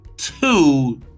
Two